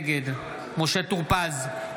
נגד משה טור פז,